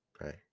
Right